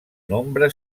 nombre